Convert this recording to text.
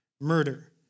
murder